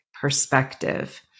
perspective